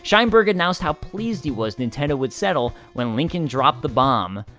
sheinberg announced how pleased he was nintendo would settle, when lincoln dropped the bomb.